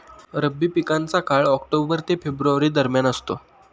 रब्बी पिकांचा काळ ऑक्टोबर ते फेब्रुवारी दरम्यान असतो